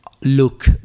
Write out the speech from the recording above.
look